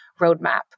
roadmap